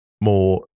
more